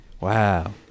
wow